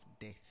death